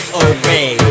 away